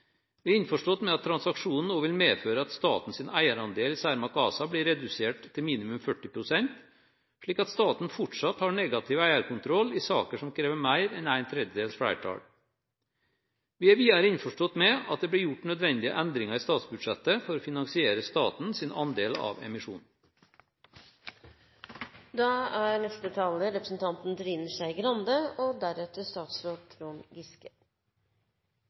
Vi er innforstått med at transaksjonen nå vil medføre at statens eierandel i Cermaq ASA blir redusert til minimum 40 pst., slik at staten fortsatt har negativ eierkontroll i saker som krever mer enn to tredjedels flertall. Vi er videre innforstått med at det blir gjort nødvendige endringer i statsbudsjettet for å finansiere statens andel av emisjonen. Venstre har det samme standpunktet som vi i og